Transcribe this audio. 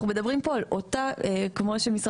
אנחנו מדברים פה בסופו של דבר על אותם כמו שמשרד